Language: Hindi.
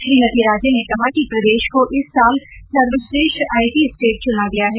श्रीमती राजे ने कहा कि प्रदेश को इस साल सर्वश्रेष्ठ आईटी स्टेट चुना गया है